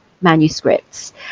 manuscripts